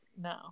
no